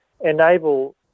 enable